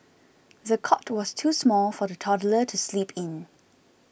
the cot was too small for the toddler to sleep in